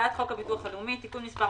"הצעת חוק הביטוח הלאומי (תיקון מס'